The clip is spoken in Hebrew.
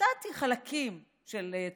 מצאתי חלקים של צרכים,